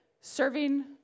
serving